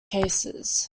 cases